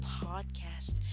Podcast